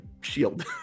shield